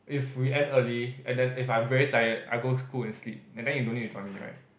if we end early and then if I'm very tired I'll go to school and sleep and you don't need to join me right